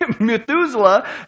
Methuselah